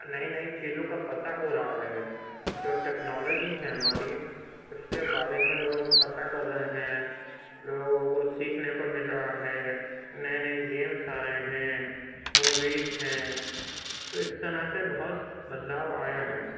نئی نئی چیزوں کا پتہ ہو رہا ہے جو ٹیکنالجی ہے ہماری اس کے بارے میں لوگ پتہ کر رہے ہیں لوگوں کو سیکھنے کو مل رہا ہے نئے نئے گیمس آ رہے ہیں موویز ہیں تو اس طرح سے بہت بدلاؤ آیا ہے